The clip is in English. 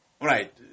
right